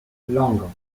langres